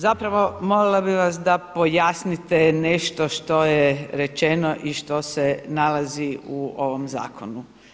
Zapravo molila bih vas da pojasnite nešto što je rečeno i što se nalazi u ovom zakonu.